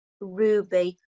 Ruby